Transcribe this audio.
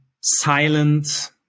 silent